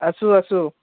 আছোঁ আছোঁ